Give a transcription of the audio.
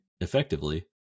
Effectively